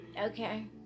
Okay